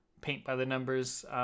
paint-by-the-numbers